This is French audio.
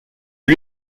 lui